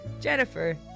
Jennifer